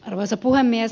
arvoisa puhemies